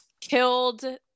killed